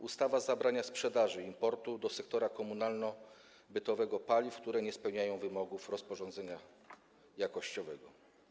Ustawa zabrania sprzedaży i importu do sektora komunalno-bytowego paliw, które nie spełniają wymogów rozporządzenia jakościowego.